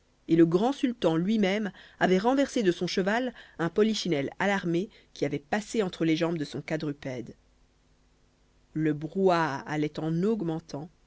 et le grand sultan lui-même avait renversé de son cheval un polichinelle alarmé qui avait passé entre les jambes de son quadrupède le brouhaha allait en augmentant